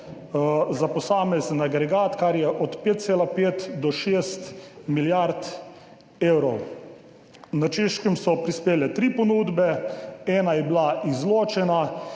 za posamezni agregat, kar je od 5,5 do 6 milijard evrov. Na Češko so prispele tri ponudbe, ena je bila izločena,